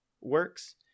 works